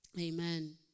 Amen